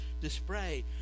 display